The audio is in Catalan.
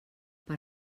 per